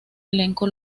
elenco